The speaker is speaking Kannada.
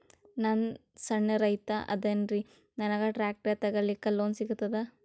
ನಾನ್ ಸಣ್ ರೈತ ಅದೇನೀರಿ ನನಗ ಟ್ಟ್ರ್ಯಾಕ್ಟರಿ ತಗಲಿಕ ಲೋನ್ ಸಿಗತದ?